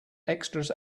extras